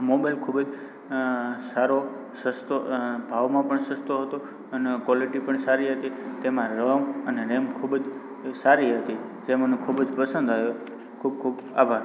mobile ખૂબ જ સારો સસ્તો ભાવમાં પણ સસ્તો હતો અને ક્વોલિટી પણ સારી હતી તેમાં રમ અને રેમ ખૂબ જ સારી હતી તે મને ખૂબ જ પસંદ આવ્યો ખૂબ ખૂબ આભાર